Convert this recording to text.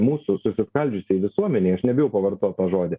mūsų susiskaldžiusioj visuomenėj aš nebijau pavartot tą žodį